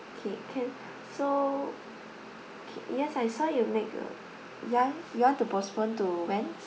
okay can so yes I saw you made the ya you want to postpone to when